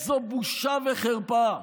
בושה וחרפה.